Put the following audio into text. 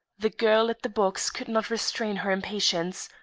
the girl at the box could not restrain her impatience.